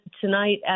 tonight